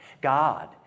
God